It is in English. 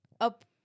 up